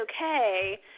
okay